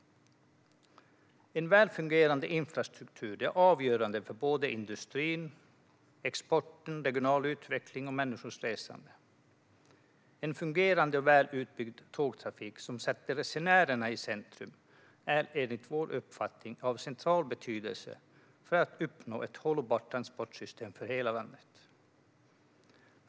En väl fungerande infrastruktur är avgörande för industri och export såväl som för regional utveckling och människors resande. En fungerande och väl utbyggd tågtrafik som sätter resenärerna i centrum är enligt vår uppfattning av central betydelse för att uppnå ett hållbart transportsystem för hela landet.